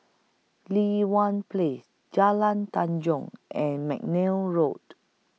Li Hwan Place Jalan Tanjong and Mcnair Road